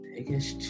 Biggest